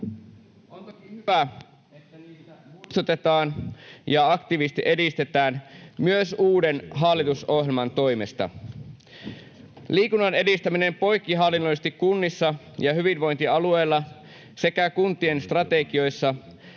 On kuitenkin hyvä, että niistä muistutetaan ja että niitä aktiivisesti edistetään myös uuden hallitusohjelman toimesta. Liikunnan edistäminen poikkihallinnollisesti kunnissa ja hyvinvointialueilla sekä kuntien strategioissa